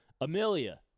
Amelia